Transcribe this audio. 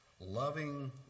Loving